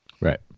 Right